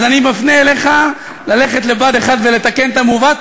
אז אני מפנה אליך, ללכת לבה"ד 1 ולתקן את המעוות.